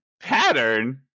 Pattern